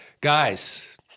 Guys